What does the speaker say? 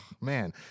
man